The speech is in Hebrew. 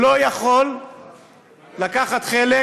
לקחת חלק